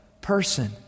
person